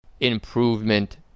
Improvement